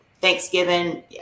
Thanksgiving